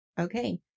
Okay